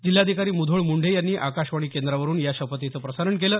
जिल्हाधिकारी मुधोळ मुंडे यांनी आकाशवाणी केंद्रावरून या शपथचे प्रसारण केले